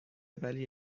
ولی